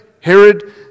Herod